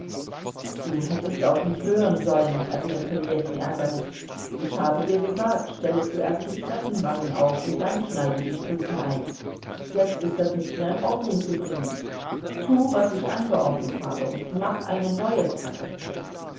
du hättest auf mich hören sollen erwiderte ljewin ärgerlich ich habe dir gesagt stelle zuerst die treppenwangen auf und dann schneide die stufen ein jetzt ist das nicht mehr in ordnung zu bringen tu was ich angeordnet habe und mache eine neue treppe